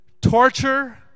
torture